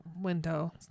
window